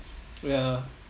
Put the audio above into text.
oh ya